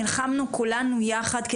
נלחמנו כולנו יחד,